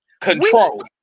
control